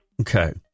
Okay